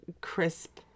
crisp